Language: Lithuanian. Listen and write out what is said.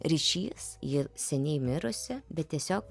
ryšys ji seniai mirusi bet tiesiog